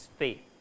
faith